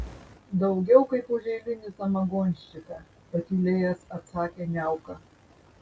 daugiau kaip už eilinį samagonščiką patylėjęs atsakė niauka